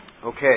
Okay